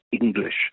English